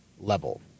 level